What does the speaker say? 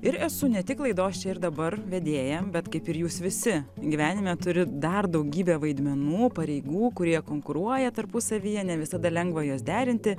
ir esu ne tik laidos čia ir dabar vedėja bet kaip ir jūs visi gyvenime turi dar daugybę vaidmenų pareigų kurie konkuruoja tarpusavyje ne visada lengva juos derinti